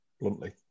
bluntly